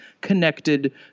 connected